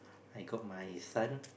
I got my son